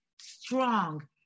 strong